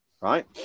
Right